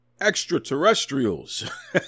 Extraterrestrials